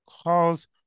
cause